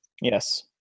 Yes